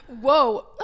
Whoa